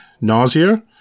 nausea